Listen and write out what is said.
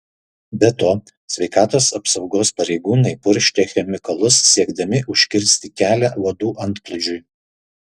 be to sveikatos apsaugos pareigūnai purškia chemikalus siekdami užkirsti kelią uodų antplūdžiui